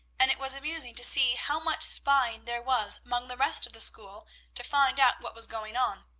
and it was amusing to see how much spying there was among the rest of the school to find out what was going on.